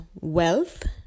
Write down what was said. wealth